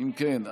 אם כן,